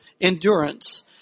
endurance